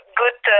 good